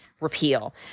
repeal